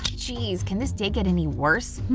geez, can this day get any worse?